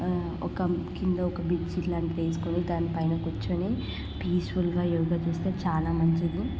ఒక కింద ఒక బెడ్షీట్ లాంటిది వేసుకుని దాని పైన కూర్చుని పీస్ఫుల్గా యోగా చేస్తే చాలా మంచిది